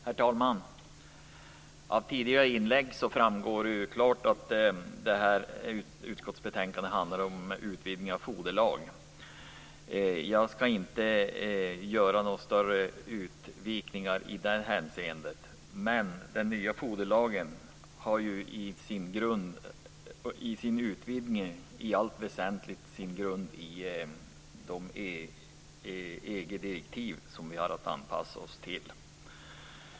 Herr talman! Av tidigare inlägg framgår det klart att detta betänkande handlar om en utvidgning av foderlagen. Jag skall inte göra några större utvikningar i det hänseendet. Men den nya foderlagens utvidgning har i allt väsentligt sin grund i de EG-direktiv som vi har att anpassa oss till.